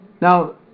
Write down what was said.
Now